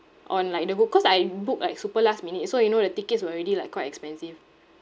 on like the gold cause I book like super last minute so you know the tickets were already like quite expensive